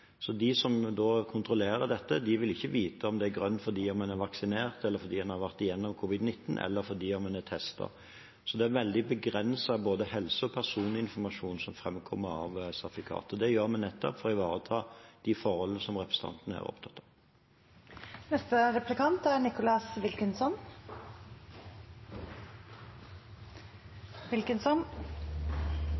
som kontrollerer dette, vil ikke kunne vite om det er grønt fordi man er vaksinert, fordi man har vært igjennom covid-19, eller fordi man er testet. Det er en veldig begrenset både helse- og personinformasjon som fremkommer av sertifikatet. Det gjør vi nettopp for å ivareta de forholdene som representanten her er opptatt av. Det er